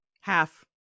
half